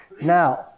Now